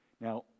Now